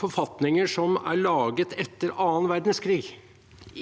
forfatninger som er laget etter annen verdenskrig,